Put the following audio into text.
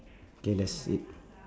K that's it